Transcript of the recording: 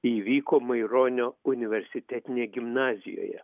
ji įvyko maironio universitetinėj gimnazijoje